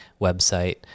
website